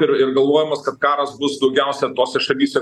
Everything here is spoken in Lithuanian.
ir ir galvojimas kad karas bus daugiausia tose šalyse